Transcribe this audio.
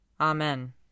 Amen